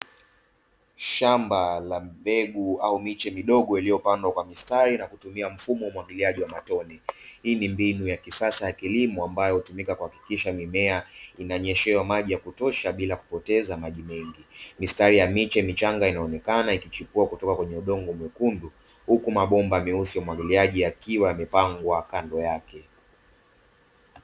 Shamba la mbegu au miche midogo iliyopandwa kwa mistari na kutumia mfumo wa umwagiliaji wa matone. Hii ni mbinu ya kisasa ya kilimo ambayo hutumika kuhakikisha mimea inanyeshewa maji ya kutosha bila kupoteza maji mengi. Mistari ya miche michanga inaonekana ikichipua kutoka kwenye udongo mwekundu, huku mabomba meusi ya umwagiliaji yakiwa yamepangwa kando yake.